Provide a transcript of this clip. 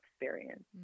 experience